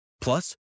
Plus